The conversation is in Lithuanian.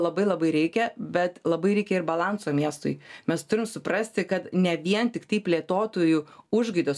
labai labai reikia bet labai reikia ir balanso miestui mes turim suprasti kad ne vien tiktai plėtotojų užgaidos